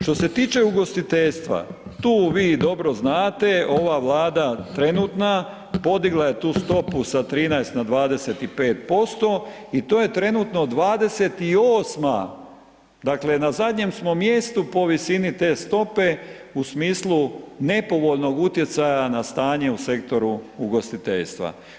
Što se tiče ugostiteljstva tu vi dobro znate ova Vlada trenutna, podigla je tu stopu sa 13% na 25%, i to je trenutno dvadeset i osma, dakle na zadnjem smo mjestu po visini te stope u smislu nepovoljnog utjecaja na stanju u sektoru ugostiteljstva.